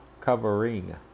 Covering